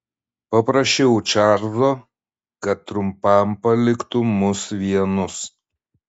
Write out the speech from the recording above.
paprašiau čarlzo kad trumpam paliktų mus vienus